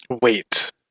Wait